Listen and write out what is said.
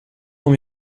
dans